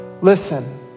Listen